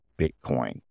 bitcoin